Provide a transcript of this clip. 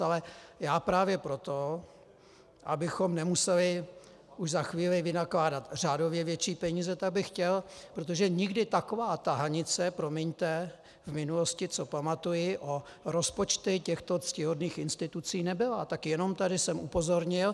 Ale já právě proto, abychom nemuseli už za chvíli vynakládat řádově větší peníze, tak bych chtěl protože nikdy taková tahanice, promiňte, v minulosti, co pamatuji, o rozpočty těchto ctihodných institucí nebyla tak jenom jsem na to upozornil.